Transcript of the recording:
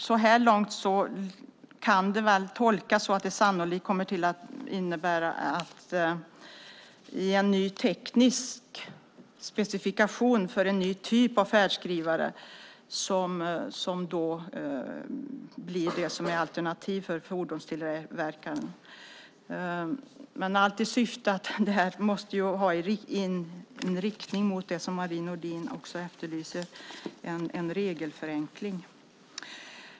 Så här långt kan det tolkas som att det sannolikt kommer att innebära en ny teknisk specifikation för en ny typ av färdskrivare som då blir ett alternativ för fordonstillverkarna - allt i syfte att få det hela att gå i riktning mot den regelförenkling som Marie Nordén efterlyser.